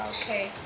okay